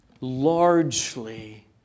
largely